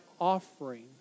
offering